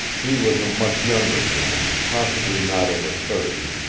he was a much younger man, possibly not over thirty,